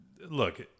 look